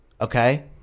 okay